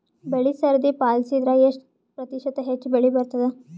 ಬೆಳಿ ಸರದಿ ಪಾಲಸಿದರ ಎಷ್ಟ ಪ್ರತಿಶತ ಹೆಚ್ಚ ಬೆಳಿ ಬರತದ?